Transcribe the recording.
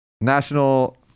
National